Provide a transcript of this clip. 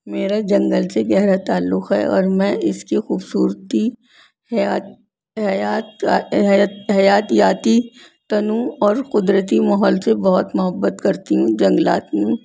میرا جنگل سے گہرا تعلق ہے اور میں اس کی خوبصورتی حیات حیات حیاتیاتی تنوع اور قدرتی ماحول سے بہت محبت کرتی ہوں جنگلات